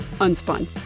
Unspun